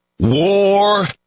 WAR